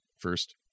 first